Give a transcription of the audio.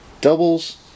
doubles